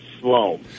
slow